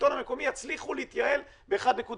בשלטון המקומי יצליחו להתייעל ב-1.1%.